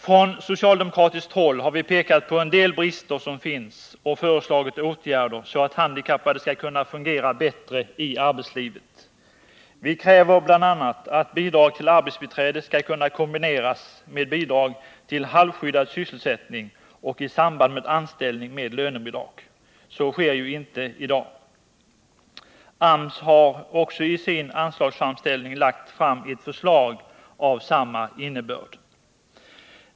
Från socialdemokratiskt håll har vi pekat på en del brister som finns och föreslagit åtgärder så att handikappade skall kunna fungera bättre i arbetslivet. Vi kräver bl.a. att bidrag till arbetsbiträde skall kunna kombineras med bidrag till halvskyddad sysselsättning och i samband med anställning med lönebidrag — så sker inte i dag. AMS har också i sin anslagsframställning lagt fram ett förslag av samma innebörd.